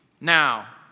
Now